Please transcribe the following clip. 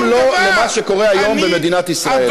גם לא למה שקורה היום במדינת ישראל.